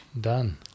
done